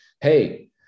Hey